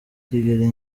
kigeli